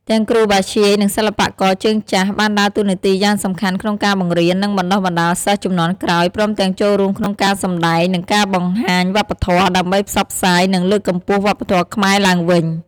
ទាំងគ្រូបាធ្យាយ និងសិល្បករជើងចាស់ បានដើរតួនាទីយ៉ាងសំខាន់ក្នុងការបង្រៀន និងបណ្តុះបណ្តាលសិស្សជំនាន់ក្រោយ ព្រមទាំងចូលរួមក្នុងការសម្តែង និងការបង្ហាញវប្បធម៌ ដើម្បីផ្សព្វផ្សាយ និងលើកកម្ពស់វប្បធម៌ខ្មែរឡើងវិញ។